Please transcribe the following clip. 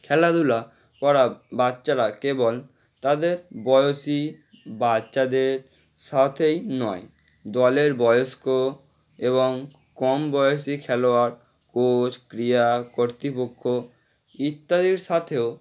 খেলাধুলা করা বাচ্চারা কেবল তাদের বয়সী বাচ্চাদের সাথেই নয় দলের বয়স্ক এবং কম বয়সী খেলোয়াড় কোচ ক্রিড়া কর্তৃপক্ষ ইত্যাদির সাথেও